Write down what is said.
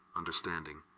understanding